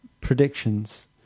predictions